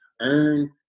Earn